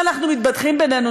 ואנחנו מתבדחים בינינו,